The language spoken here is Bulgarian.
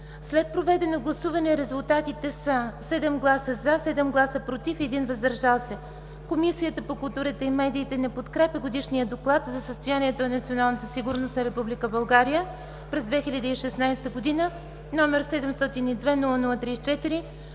След проведено гласуване резултатите са: 7 гласа „за”, 7 – „против“, и 1 – „въздържал се”. Комисията по културата и медиите не подкрепя Годишния доклад за състоянието на националната сигурност на Република България през 2016 г., № 702-00-34,